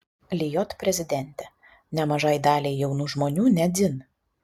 lijot prezidentė nemažai daliai jaunų žmonių ne dzin